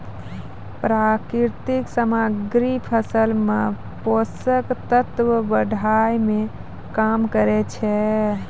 प्राकृतिक सामग्री फसल मे पोषक तत्व बढ़ाय में काम करै छै